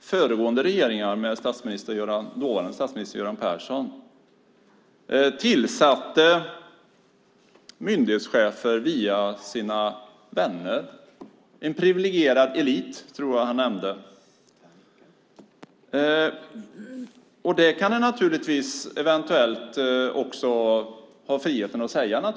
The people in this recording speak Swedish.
föregående regeringar med dåvarande statsminister Göran Persson tillsatte myndighetschefer via sina vänner. En privilegierad elit, tror jag att han nämnde. Det har han friheten att säga.